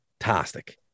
fantastic